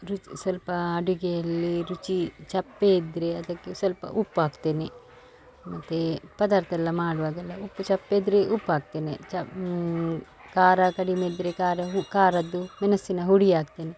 ರುಚಿ ಸ್ವಲ್ಪ ಅಡುಗೆಯಲ್ಲಿ ರುಚಿ ಚಪ್ಪೆ ಇದ್ದರೆ ಅದಕ್ಕೆ ಸ್ವಲ್ಪ ಉಪ್ಪು ಹಾಕ್ತೇನೆ ಮತ್ತೆ ಪದಾರ್ಥ ಎಲ್ಲ ಮಾಡುವಾಗೆಲ್ಲ ಉಪ್ಪು ಚಪ್ಪೆ ಇದ್ದರೆ ಉಪ್ಪು ಹಾಕ್ತೇನೆ ಚ ಖಾರ ಕಡಿಮೆ ಇದ್ದರೆ ಖಾರ ಹು ಖಾರದ್ದು ಮೆಣಸಿನ ಪುಡಿ ಹಾಕ್ತೇನೆ